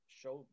show